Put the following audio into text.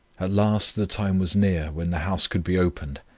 at last the time was near when the house could be opened,